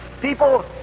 people